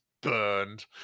Burned